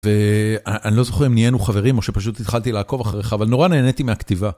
ואני לא זוכר אם נהיינו חברים, או שפשוט התחלתי לעקוב אחריך, אבל נורא נהניתי מהכתיבה.